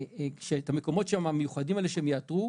המקומות המיוחדים האלה שהם יאתרו,